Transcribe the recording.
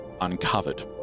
uncovered